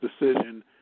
decision